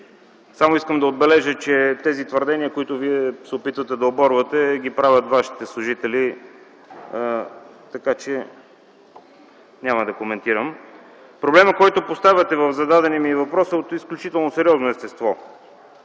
Само искам да отбележа, че тези твърдения, които Вие се опитвате да оборвате, ги правят Вашите служители. Така че, няма да коментирам. Проблемът, който поставяте в зададения ми въпрос, е от изключително сериозно естество.